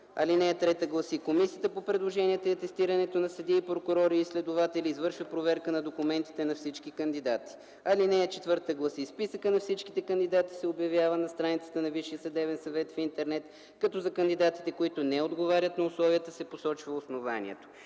Алинея 3 гласи: „(3) Комисията по предложенията и атестирането на съдии, прокурори и следователи извършва проверка на документите на всички кандидати.” Алинея 4 гласи: „(4) Списъкът на всички кандидати се обявява на страницата на Висшия съдебен съвет в Интернет като за кандидатите, които не отговарят на условията, се посочва основанието.”